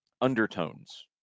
undertones